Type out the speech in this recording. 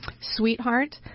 Sweetheart